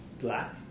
black